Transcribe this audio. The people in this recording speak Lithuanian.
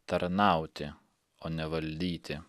tarnauti o ne valdyti